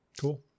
Cool